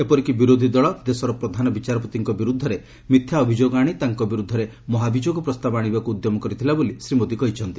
ଏପରିକି ବିରୋଧୀ ଦଳ ଦେଶର ପ୍ରଧାନ ବିଚାରପତିଙ୍କ ବିରୁଦ୍ଧରେ ମିଥ୍ୟା ଅଭିଯୋଗ ଆଶି ତାଙ୍କ ବିରୁଦ୍ଧରେ ମହାଭିଯୋଗ ପ୍ରସ୍ତାବ ଆଣିବାକୃ ଉଦ୍ୟମ କରିଥିଲା ବୋଲି ଶ୍ରୀ ମୋଦି କହିଛନ୍ତି